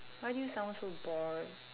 why do you sound so bored